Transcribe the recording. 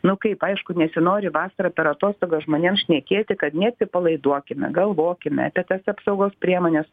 nu kaip aišku nesinori vasarą per atostogas žmonėm šnekėti kad neatsipalaiduokime galvokime apie tas apsaugos priemones